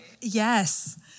Yes